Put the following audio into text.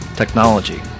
technology